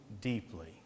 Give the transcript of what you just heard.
deeply